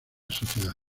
sociedad